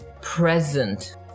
present